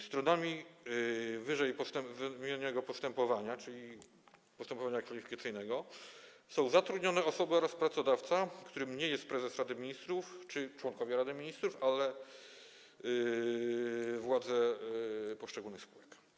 Stronami ww. postępowania, czyli postępowania kwalifikacyjnego, są zatrudniane osoby oraz pracodawca, którym nie jest prezes Rady Ministrów czy członkowie Rady Ministrów, ale władze poszczególnych spółek.